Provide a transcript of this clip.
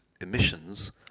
emissions